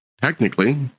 technically